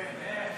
אמן.